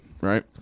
right